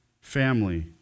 Family